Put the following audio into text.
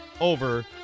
over